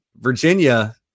Virginia